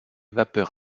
vapeurs